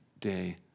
day